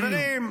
חברים,